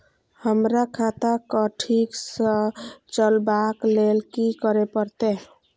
हमरा खाता क ठीक स चलबाक लेल की करे परतै